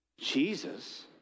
Jesus